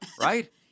right